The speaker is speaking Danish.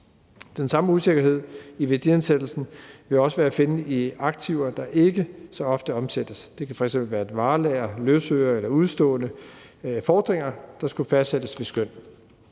Den samme usikkerhed i værdiansættelsen vil også være at finde i aktiver, der ikke så ofte omsættes. Det kunne f.eks. være et varelager, løsøre eller udestående fordringer, der skulle fastsættes ved skøn.